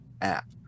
app